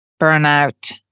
burnout